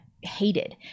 hated